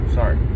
Sorry